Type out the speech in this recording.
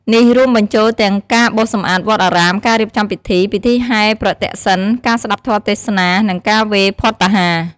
នេះរួមបញ្ចូលទាំងការបោសសម្អាតវត្តអារាម ការរៀបចំពិធី ពិធីហែរប្រទក្សិណ ការស្ដាប់ធម៌ទេសនា និងការវេរភត្តាហារ។